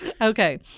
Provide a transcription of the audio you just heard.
Okay